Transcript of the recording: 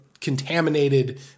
contaminated